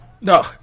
No